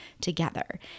together